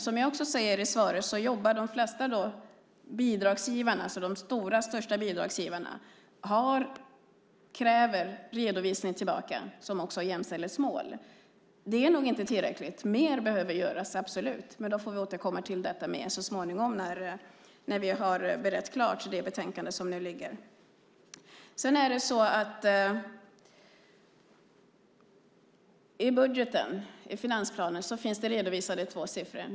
Som jag också sade i svaret kräver de största bidragsgivarna redovisning tillbaka som innehåller jämställdhetsmål. Det är nog inte tillräckligt. Mer behöver absolut göras. Det får vi återkomma till så småningom när vi har berett klart det betänkande som nu ligger. I budgeten, finansplanen, finns två siffror redovisade.